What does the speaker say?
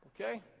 Okay